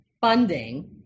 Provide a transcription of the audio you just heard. funding